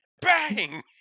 Bang